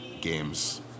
Games